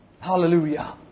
Hallelujah